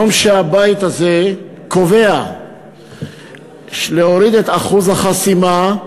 יום שהבית הזה קובע להוריד את אחוז החסימה,